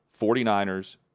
49ers